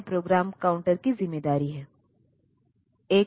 तो इस तरह यह माइक्रोप्रोसेसर उसी के अनुरूप कुछ विशेष कार्रवाई कर सकता है